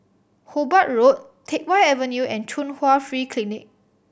Hobart Road Teck Whye Avenue and Chung Hwa Free Clinic